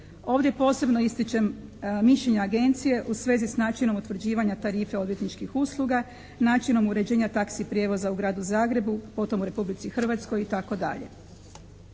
Ovdje posebno ističem mišljenje agencije u svezi s načinom utvrđivanja tarife odvjetničkih usluga, načinom uređenja taxi prijevoza u gradu Zagrebu, potom u Republici Hrvatskoj itd.